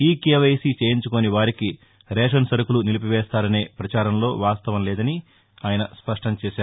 eKYC చేయించుకోని వారికి ration సరకులు నిలిపివేస్తారనే ప్రచారంలో వాస్తవం లేదని స్పష్టం చేశారు